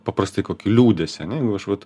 paprastai kokį liūdesį ane jeigu aš vat